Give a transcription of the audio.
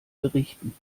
berichten